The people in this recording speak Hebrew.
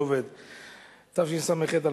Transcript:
התשס"ח 2008,